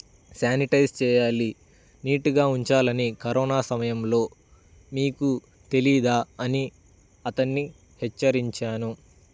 sanitise చేయాలి నీట్గా ఉంచాలని కరోనా సమయంలో నీకు తెలీదా అని అతన్ని హెచ్చరించాను